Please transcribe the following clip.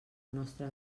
nostre